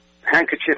handkerchief